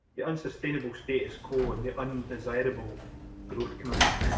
the unsustainable status quo and the undesirable growth commission?